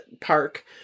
park